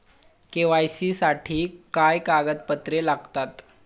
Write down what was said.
KYC साठी काय कागदपत्रे लागतात?